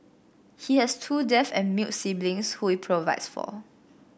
he has two deaf and mute siblings who he provides for